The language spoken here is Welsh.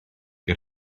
ger